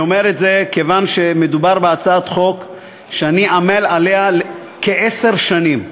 אני אומר את זה כיוון שמדובר בהצעת חוק שאני עמל עליה כעשר שנים.